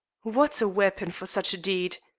what a weapon for such a deed!